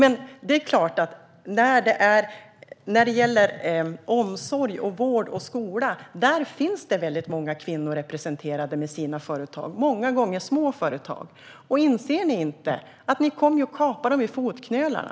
Inom omsorg, vård och skola finns det väldigt många kvinnor representerade med sina företag, många gånger små företag. Inser ni inte att ni kommer att kapa dem vid fotknölarna?